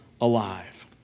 alive